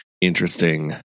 interesting